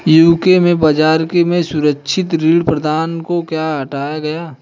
UK में बाजार से सुरक्षित ऋण प्रदाताओं को क्यों हटाया गया?